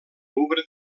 louvre